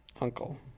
Uncle